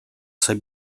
sai